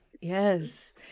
Yes